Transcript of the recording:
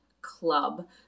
club